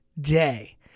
day